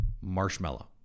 marshmallow